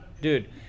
dude